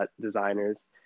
designers